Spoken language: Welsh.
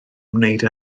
ymwneud